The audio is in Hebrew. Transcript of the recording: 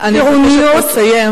אני מבקשת לסיים.